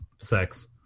sex